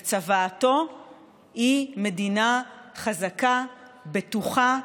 צוואתו היא מדינה חזקה, בטוחה,